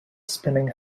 spinning